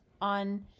on